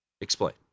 Explain